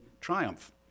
triumph